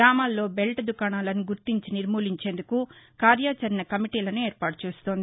గ్రామాల్లో బెల్లు దుకాణాలను గుర్తించి నిర్మూలించేందుకు కార్యాచరణ కమిటీలను ఏర్పాటు చేస్తోంది